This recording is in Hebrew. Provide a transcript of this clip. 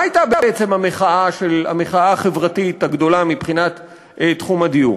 מה הייתה בעצם המחאה החברתית הגדולה מבחינת תחום הדיור?